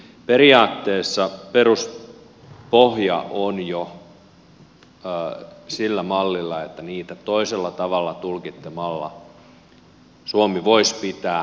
periaatteessa peruspohja on jo sillä mallilla että niitä toisella tavalla tulkitsemalla suomi voisi pitää rauhanturvaajaveteraaneistaan huolta